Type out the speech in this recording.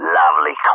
lovely